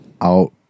out